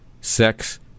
sex